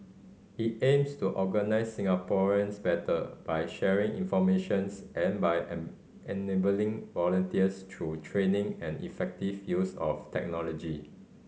it aims to organise Singaporeans better by sharing information and by enabling volunteers through training and effective use of technology